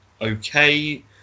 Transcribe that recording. okay